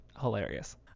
hilarious